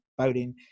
voting